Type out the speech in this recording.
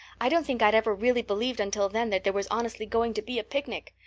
i don't think i'd ever really believed until then that there was honestly going to be a picnic.